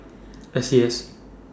S C S